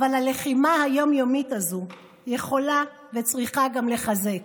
אבל הלחימה היום-יומית הזאת יכולה וצריכה גם לחזק,